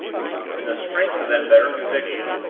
in the strength of that better conviction,